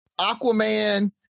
Aquaman